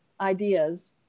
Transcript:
ideas